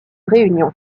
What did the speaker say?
réunion